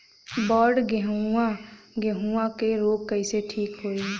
बड गेहूँवा गेहूँवा क रोग कईसे ठीक होई?